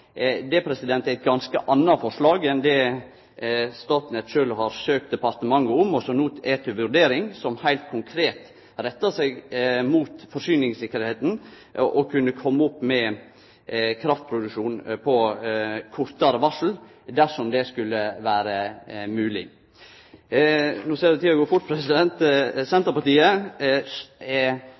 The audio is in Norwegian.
Det er eit ganske anna forslag enn det Statnett sjølv har søkt departementet om, og som no er til vurdering, som heilt konkret rettar seg mot forsyningstryggleiken og det å kunne komme opp med kraftproduksjon på kortare varsel, dersom det skulle vere mogleg. No ser eg tida går fort, president. Senterpartiet er oppteke av den forsyningstryggleiken som desse kraftverka representerer. Derfor er